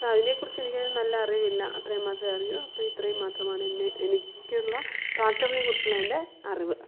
അപ്പം അതിനെ കുറിച്ച് എനിക്ക് നല്ല അറിവില്ല അത്രയും മാത്രേ അറിയൂ അപ്പോൾ ഇത്രയും മാത്രമാണ് എന്നെ എനിക്കുള്ള ട്രാക്ടറിനെ കുറിച്ചുള്ള എൻ്റെ അറിവ്